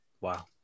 Wow